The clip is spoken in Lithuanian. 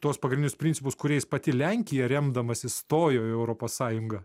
tuos pagrindinius principus kuriais pati lenkija remdamasi stojo į europos sąjungą